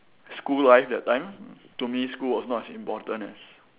school life that time to me school was not as important as